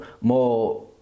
more